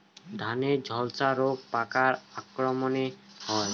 ধানের ঝলসা রোগ পোকার আক্রমণে হয়?